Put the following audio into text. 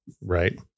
Right